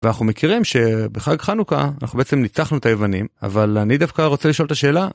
אנחנו מכירים שבחג חנוכה אנחנו בעצם ניצחנו את היוונים אבל אני דווקא רוצה לשאול את השאלה.